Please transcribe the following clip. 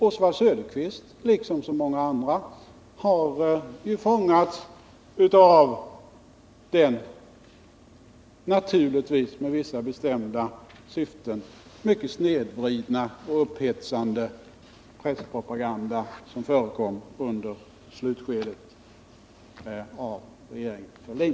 Oswald Söderqvist har liksom många andra fångats upp av den, naturligtvis med vissa bestämda syften, mycket snedvridna och upphetsande presspropaganda som förekom under slutskedet av regeringen Fälldin.